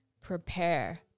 prepare